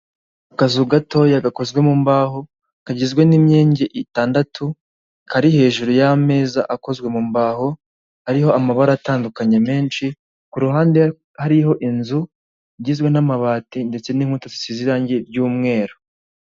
Aya n'ameza ari mu nzu, bigaragara ko aya meza ari ayokuriho arimo n'intebe nazo zibaje mu biti ariko aho bicarira hariho imisego.